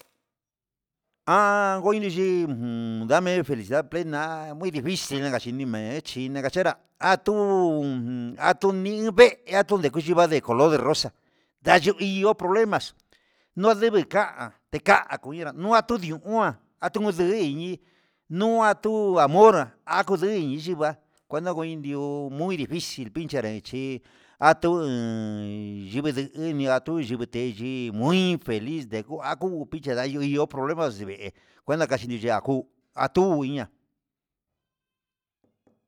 Ha nguoiniyi un ndame felicidad plena, muy dificil ni kachidime'e xhina kachenra atuu, atuu ni vee atuu ndeva'a de color de rosa ndayui problemas no debe kan te kan ponienráu no tudi uan no atudi iin nuu atu amor, nguduin yuva'a nguena kuu indio muy dificil inpichenrixi atuun yivindu atu yuveteyi muy infeliz ndegu ndegu pinche daño yo'o problemas de vee nguena kaxhi ndeiha kuu atu iña.